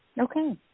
Okay